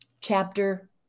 chapter